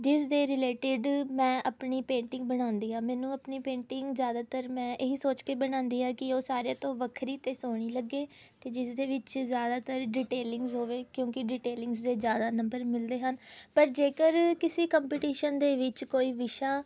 ਜਿਸ ਦੇ ਰਿਲੇਟਿਡ ਮੈਂ ਆਪਣੀ ਪੇਂਟਿੰਗ ਬਣਾਉਂਦੀ ਹਾਂ ਮੈਨੂੰ ਆਪਣੀ ਪੇਟਿੰਗ ਜ਼ਿਆਦਾਤਰ ਮੈਂ ਇਹੀ ਸੋਚ ਕੇ ਬਣਾਉਂਦੀ ਹਾਂ ਕਿ ਉਹ ਸਾਰਿਆਂ ਤੋਂ ਵੱਖਰੀ ਅਤੇ ਸੋਹਣੀ ਲੱਗੇ ਅਤੇ ਜਿਸ ਦੇ ਵਿੱਚ ਜ਼ਿਆਦਾਤਰ ਡਿਟੇਲਿੰਗ ਹੋਵੇ ਕਿਉਂਕਿ ਡਿਟੇਲਿੰਗ ਦੇ ਜ਼ਿਆਦਾ ਨੰਬਰ ਮਿਲਦੇ ਹਨ ਪਰ ਜੇਕਰ ਕਿਸੇ ਕੰਪੀਟੀਸ਼ਨ ਦੇ ਵਿੱਚ ਕੋਈ ਵਿਸ਼ਾ